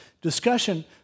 discussion